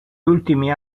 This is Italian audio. ultimi